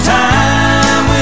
time